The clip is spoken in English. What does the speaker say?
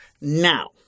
Now